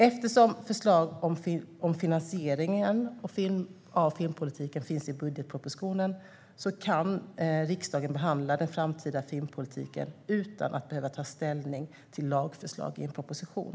Eftersom förslag till finansiering av filmpolitiken finns i budgetpropositionen kan riksdagen behandla det förslaget utan att behöva ta ställning till lagförslag i en proposition.